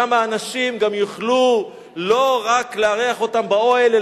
שם האנשים גם יוכלו לא רק לארח אותם באוהל,